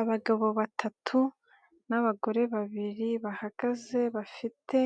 Abagabo batatu n'abagore babiri bahagaze bafite